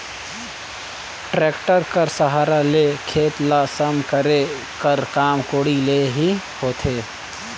tractor कर सहारा ले खेत ल सम करे कर काम कोड़ी ले ही होथे